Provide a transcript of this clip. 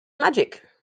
magic